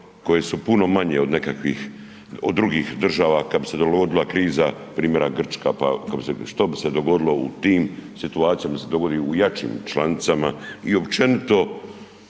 koje su puno manje od nekakvih, od drugih država kad bi se dogodila kriza, primjera Grčka, pa što bi se dogodilo u tim situacijama, da se dogodi u jačim članicama i općenito